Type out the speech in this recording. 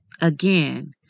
again